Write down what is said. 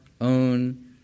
own